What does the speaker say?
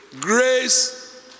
grace